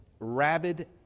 rabid